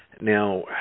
Now